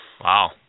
Wow